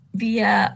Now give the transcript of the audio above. via